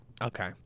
Okay